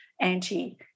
anti